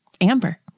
Amber